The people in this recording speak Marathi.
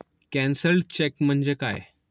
कॅन्सल्ड चेक म्हणजे काय?